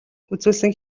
үзүүлсэн